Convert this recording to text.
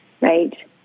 right